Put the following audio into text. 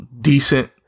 decent